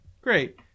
Great